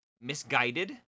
misguided